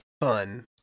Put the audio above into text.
fun